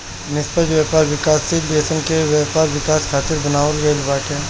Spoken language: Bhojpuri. निष्पक्ष व्यापार विकासशील देसन के व्यापार विकास खातिर बनावल गईल बाटे